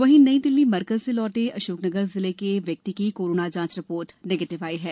उधर नई दिल्ली मरकज से लौट अशोकनगर जिले के व्यक्ति की कोरोना जांच रिपोर्ट निगेटिव आई हैं